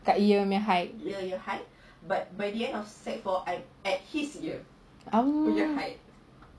kat ear punya height oh